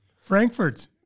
Frankfurt